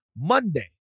monday